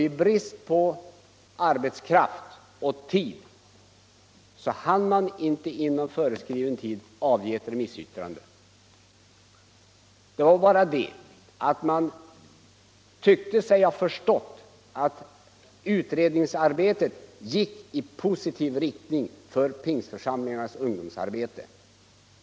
I brist på arbetskraft och tid hade man inte inom föreskriven tid haft möjlighet att avge ett remissyttrande.